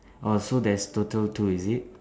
orh so there is total two is it